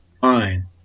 Fine